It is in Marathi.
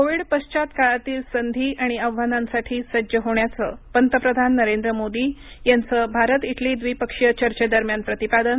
कोविड पश्चात काळातील संधी आणि आव्हानांसाठी सज्ज होण्याचं पंतप्रधान नरेंद्र मोदी यांचं भारत इटली द्विपक्षीय चर्चेदरम्यान प्रतिपादन